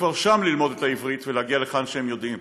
כבר שם ללמוד עברית ולהגיע לכאן כשהם יודעים,